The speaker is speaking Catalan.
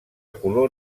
color